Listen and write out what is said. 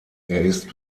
ist